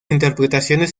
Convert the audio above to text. interpretaciones